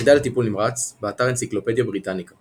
יחידה לטיפול נמרץ, באתר אנציקלופדיה בריטניקה